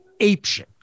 apeshit